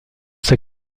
ses